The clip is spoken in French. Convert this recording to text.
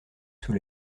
sous